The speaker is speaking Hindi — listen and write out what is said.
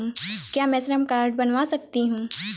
क्या मैं श्रम कार्ड बनवा सकती हूँ?